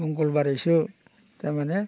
मंगलबारैसो थारमाने